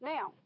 Now